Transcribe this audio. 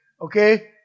Okay